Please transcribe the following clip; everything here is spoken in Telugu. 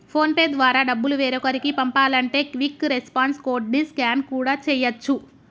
ఫోన్ పే ద్వారా డబ్బులు వేరొకరికి పంపాలంటే క్విక్ రెస్పాన్స్ కోడ్ ని స్కాన్ కూడా చేయచ్చు